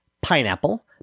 pineapple